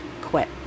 quit